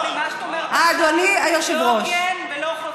מה שאת אומרת עכשיו זה לא הוגן ולא חברי.